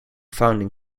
founding